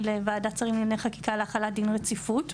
לוועדת שרים לענייני חקיקה להחלת דין רציפות.